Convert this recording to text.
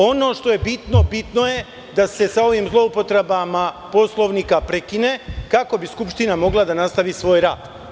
Ono što je bitno, bitno je da se sa ovim zloupotrebama Poslovnika prekine kako bi skupština mogla da nastavi svoj rad.